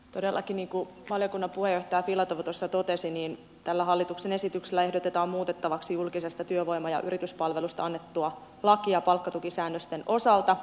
todellakin niin kuin valiokunnan puheenjohtaja filatov tuossa totesi tällä hallituksen esityksellä ehdotetaan muutettavaksi julkisesta työvoima ja yrityspalvelusta annettua lakia palkkatukisäännösten osalta